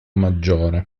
maggiore